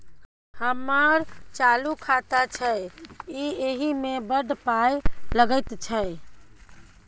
हमर चालू खाता छै इ एहि मे बड़ पाय लगैत छै